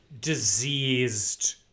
diseased